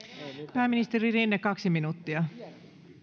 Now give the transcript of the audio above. pääministeri rinne kaksi minuuttia